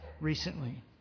recently